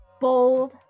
Bold